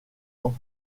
ans